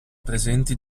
presenti